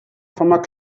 former